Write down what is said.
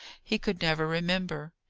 he could never remember.